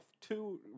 two